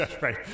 right